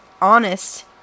honest